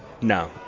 no